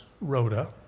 Rhoda